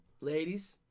ladies